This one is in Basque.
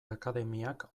akademiak